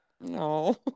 No